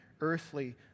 earthly